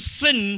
sin